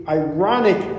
ironic